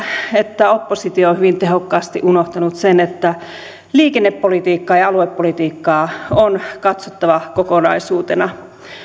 että oppositio on hyvin tehokkaasti unohtanut sen että liikennepolitiikkaa ja aluepolitiikkaa on katsottava kokonaisuutena